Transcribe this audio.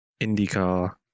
IndyCar